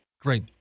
Great